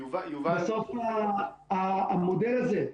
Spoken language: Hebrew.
יובל, יובל --- בסוף המודל הזה,